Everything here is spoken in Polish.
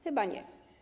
Chyba nie.